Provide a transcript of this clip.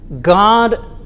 God